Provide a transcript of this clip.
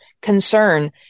concern